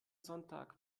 sonntag